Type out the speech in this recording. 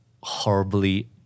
horribly